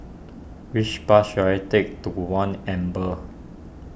which bus should I take to one Amber